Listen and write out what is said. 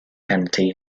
penalty